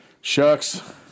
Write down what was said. Shucks